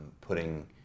putting